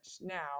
now